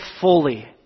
fully